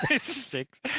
Six